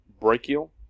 brachial